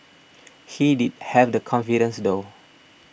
he did have the confidence though